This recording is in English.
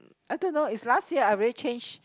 I don't know is last year I really change